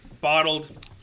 bottled